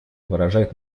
выражает